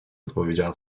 odpowiedziała